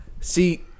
See